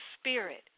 spirit